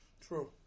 True